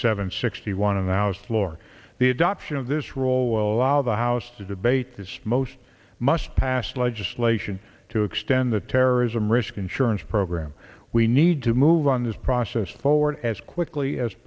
seven sixty one of the house floor the adoption of this role will allow the house to debate this most must pass legislation to extend the terrorism risk insurance program we need to move on this process forward as quickly as